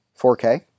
4K